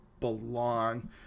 belong